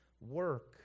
work